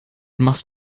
must